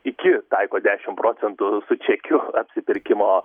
iki taiko dešimt procentų su čekiu apsipirkimo